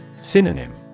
Synonym